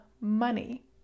money